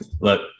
look